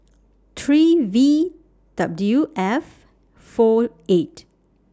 three V W F four eight